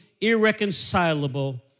irreconcilable